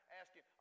asking